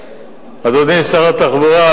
אדוני שר התחבורה,